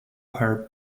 her